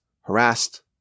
harassed